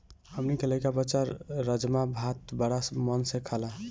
हमनी के लइका बच्चा राजमा भात बाड़ा मन से खाला